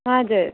हजुर